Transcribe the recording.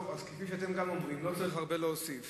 אז כפי שגם אתם אומרים, לא צריך הרבה להוסיף